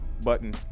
Button